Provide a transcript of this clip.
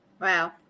wow